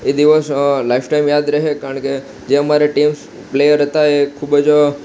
એ દિવસ લાઈફટાઈમ યાદ રહેશે કારણ કે જે અમારે ટીમ્સ પ્લેયર હતા એ ખૂબ જ